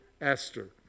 Esther